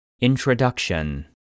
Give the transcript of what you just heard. Introduction